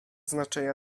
znaczenia